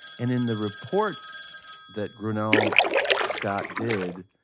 and in the report that gurnal scott did.